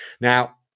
Now-